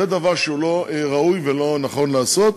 זה דבר שהוא לא ראוי ולא נכון לעשות.